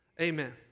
Amen